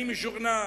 אני משוכנע